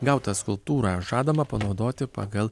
gautą skulptūrą žadama panaudoti pagal